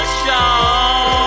show